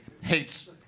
hates